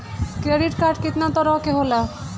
Credit card कितना तरह के होला?